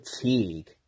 fatigue